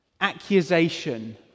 accusation